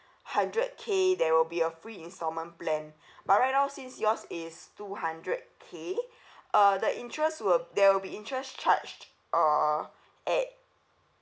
hundred K there will be a free instalment plan but right now since yours is two hundred K uh the interest will there will be interest charged uh at